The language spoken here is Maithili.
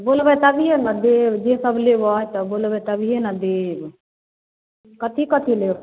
बोलबै तभिए ने देब जेसब लेबै तऽ बोलबै तभिए ने देब कथी कथी ले